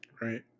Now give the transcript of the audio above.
right